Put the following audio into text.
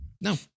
No